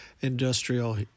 industrial